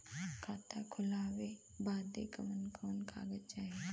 खाता खोलवावे बादे कवन कवन कागज चाही?